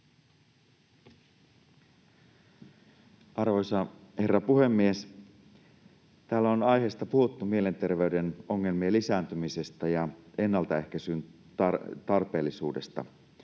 Arvoisa herra puhemies! Täällä on aiheesta puhuttu mielenterveyden ongelmien lisääntymisestä ja ennaltaehkäisyn tarpeellisuudesta.